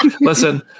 listen